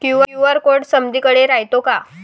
QR code समदीकडे रायतो का?